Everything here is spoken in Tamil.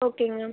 ஓகேங்க மேம்